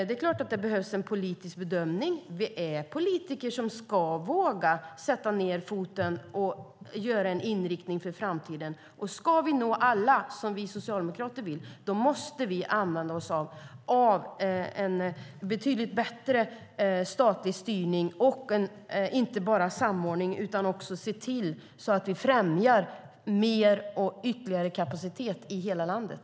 Det är klart att det behövs en politisk bedömning. Vi är politiker som ska våga sätta ned foten och sätta en inriktning för framtiden. Om vi ska nå alla, som Socialdemokraterna vill, måste vi använda en betydligt bättre statlig styrning, inte bara samordning. Vi måste se till att främja ytterligare kapacitet i hela landet.